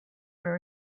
for